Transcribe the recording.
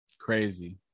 Crazy